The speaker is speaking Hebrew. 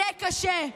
יהיה קשה.